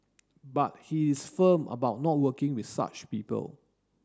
but he is firm about not working with such people